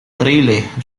trailer